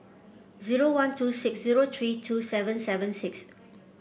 zero one two six zero three two seven seven six